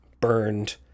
burned